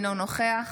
אינו נוכח